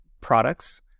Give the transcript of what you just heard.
products